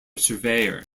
surveyor